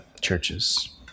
churches